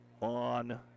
on